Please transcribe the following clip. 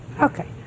Okay